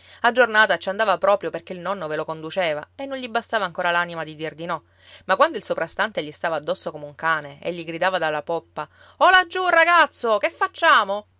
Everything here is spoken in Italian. a giornata ci andava proprio perché il nonno ve lo conduceva e non gli bastava ancora l'anima di dir di no ma quando il soprastante gli stava addosso come un cane e gli gridava dalla poppa oh laggiù ragazzo che facciamo